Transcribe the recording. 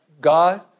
God